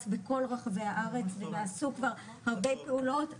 בכל רחבי הארץ ונעשו כבר הרבה פעולות,